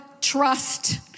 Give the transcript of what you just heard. trust